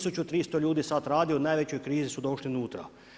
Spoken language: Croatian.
1300 ljudi sada radi u najvećoj krizi su došli unutra.